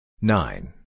Nine